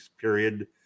period